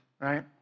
right